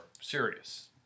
serious